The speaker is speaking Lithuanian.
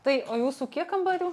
tai o jūsų kiek kambarių